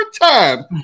time